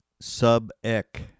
sub-ek